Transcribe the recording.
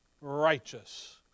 righteous